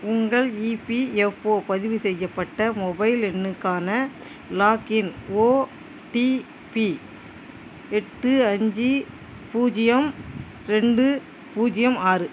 உங்கள் ஈபிஎப்ஓ பதிவு செய்யப்பட்ட மொபைல் எண்ணுக்கான லாக்இன் ஓடிபி எட்டு அஞ்சு பூஜ்ஜியம் ரெண்டு பூஜ்ஜியம் ஆறு